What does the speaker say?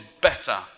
better